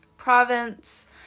province